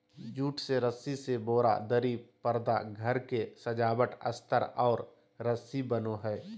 jute से रस्सी से बोरा, दरी, परदा घर के सजावट अस्तर और रस्सी बनो हइ